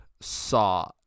Saw